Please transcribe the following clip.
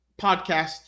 podcast